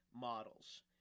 models